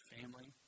family